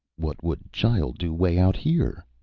what would child do way out here?